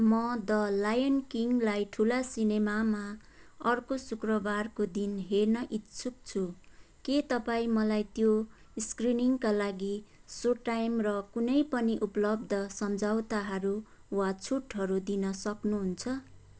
म the lion किङलाई ठुला सिनेमामा अर्को शुक्रबारको दिन हेर्न इच्छुक छु के तपाईँ मलाई त्यो स्क्रिनिङका लागि सो टाइम र कुनै पनि उपलब्ध सम्झौताहरू वा छुटहरू दिन सक्नुहुन्छ